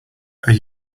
are